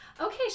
okay